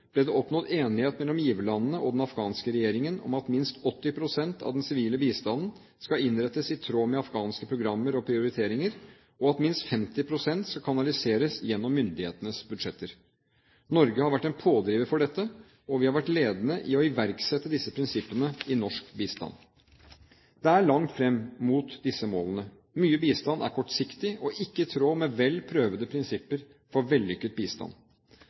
ble det oppnådd enighet mellom giverlandene og den afghanske regjeringen om at minst 80 pst. av den sivile bistanden skal innrettes i tråd med afghanske programmer og prioriteringer, og at minst 50 pst. skal kanaliseres gjennom myndighetenes budsjetter. Norge har vært en pådriver for dette, og vi har vært ledende i å iverksette disse prinsippene i norsk bistand. Det er langt fram mot disse målene, mye bistand er kortsiktig og ikke i tråd med vel prøvede prinsipper for vellykket bistand.